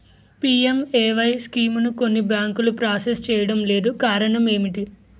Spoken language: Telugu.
పి.ఎం.ఎ.వై స్కీమును కొన్ని బ్యాంకులు ప్రాసెస్ చేయడం లేదు కారణం ఏమిటి?